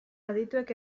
adituek